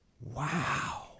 Wow